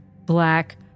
black